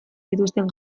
zituzten